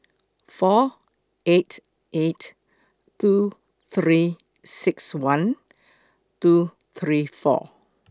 four eight eight two three six one two three four